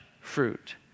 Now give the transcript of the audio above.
fruit